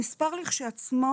המספר לכשעצמו